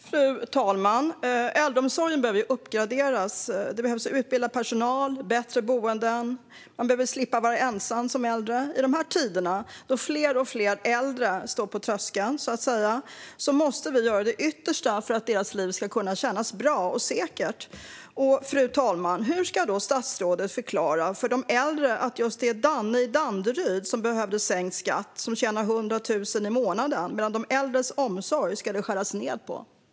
Fru talman! Äldreomsorgen behöver uppgraderas. Det behövs utbildad personal och bättre boenden. Man behöver slippa vara ensam som äldre. I dessa tider då fler och fler äldre står på tröskeln, så att säga, måste vi göra vårt yttersta för att deras liv ska kunna kännas bra och säkert. Fru talman! Hur ska då statsrådet förklara för de äldre att det var just Danne i Danderyd, som tjänar 100 000 i månaden, som behövde sänkt skatt, medan det ska skäras ned på de äldres omsorg?